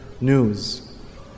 news